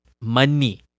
money